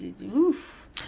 oof